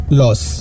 loss